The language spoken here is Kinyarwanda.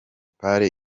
part